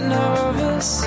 nervous